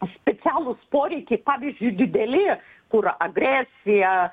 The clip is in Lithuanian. specialūs poreikiai pavyzdžiui didelės kur agresija